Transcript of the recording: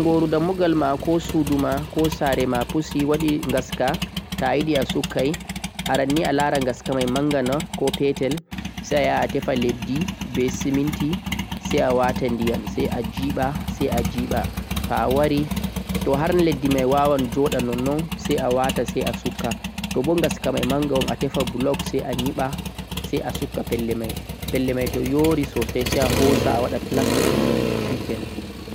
Toh ɓongoru dammugal ma, suudu koh sare ma waɗe vurdere/ngaska ayiɗe a sukka. Heɓu lope sai sukka ha pelle mai, toh yoori sai ngaɗa plasta